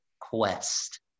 quest